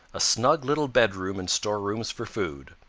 a snug little bedroom and storerooms for food.